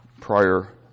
prior